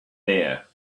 there